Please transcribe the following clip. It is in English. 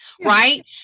right